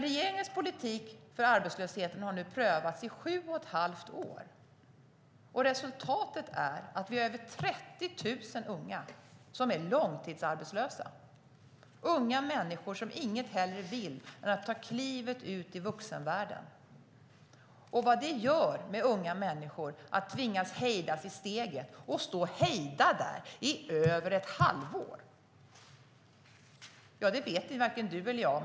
Regeringens politik för arbetslöshet har nu prövats i sju och ett halvt år. Resultatet är att det är över 30 000 unga som är långtidsarbetslösa, unga människor som inget hellre vill än att ta klivet ut i vuxenvärlden. Vad det gör med unga människor att tvingas hejdas i steget och stå hejdade där i över ett halvår vet varken du eller jag.